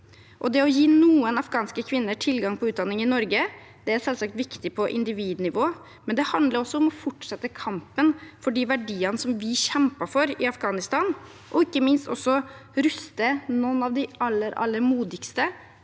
Det å gi noen afghanske kvinner tilgang på utdanning i Norge, er selvsagt viktig på individnivå, men det handler også om å fortsette kampen for de verdiene vi kjempet for i Afghanistan, og ikke minst om å ruste noen av de aller, aller modigste